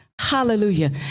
Hallelujah